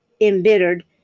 embittered